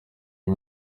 uyu